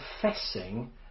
confessing